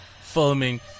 Filming